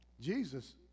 Jesus